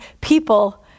people